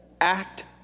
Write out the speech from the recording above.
act